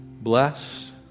blessed